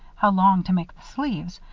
how long to make the sleeves,